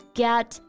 get